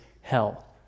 hell